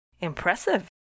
impressive